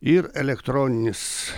ir elektroninis